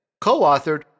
co-authored